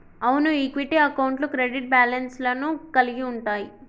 అవును ఈక్విటీ అకౌంట్లు credit balance లను కలిగి ఉంటయ్యి